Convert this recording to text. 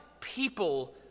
people